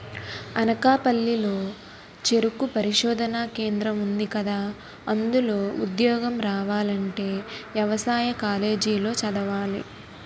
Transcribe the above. అనకాపల్లి లో చెరుకు పరిశోధనా కేంద్రం ఉందికదా, అందులో ఉద్యోగం రావాలంటే యవసాయ కాలేజీ లో చదవాలి